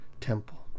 temple